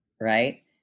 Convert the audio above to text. right